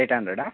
eight హండ్రెడా